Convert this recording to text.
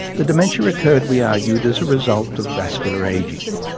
the dementia occurred, we argued, as a result of vascular ageing.